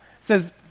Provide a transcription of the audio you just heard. says